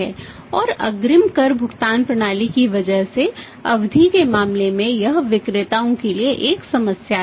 है और अग्रिम कर भुगतान प्रणाली की वजह से अवधि के मामले में यह विक्रेताओं के लिए एक समस्या है